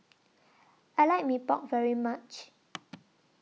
I like Mee Pok very much